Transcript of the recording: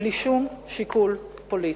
בלי שום שיקול פוליטי.